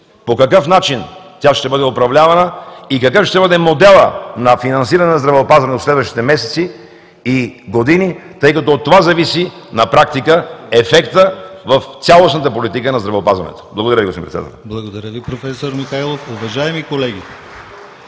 по какъв начин тя ще бъде управлявана и какъв ще бъде моделът на финансиране на здравеопазването в следващите месеци и години, тъй като от това зависи на практика ефектът в цялостната политика на здравеопазването. Благодаря Ви, господин Председател.